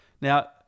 Now